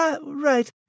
right